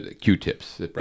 Q-tips